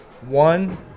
one